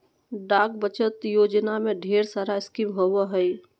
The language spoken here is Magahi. डाक बचत योजना में ढेर सारा स्कीम होबो हइ